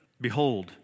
behold